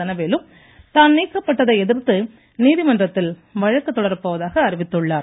தனவேலு தான் நீக்கப்பட்டதை எதிர்த்து நீதிமன்றத்தில் வழக்கு தொடரப்போவதாக அறிவித்துள்ளார்